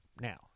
Now